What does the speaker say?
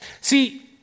See